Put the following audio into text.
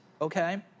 okay